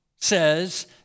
says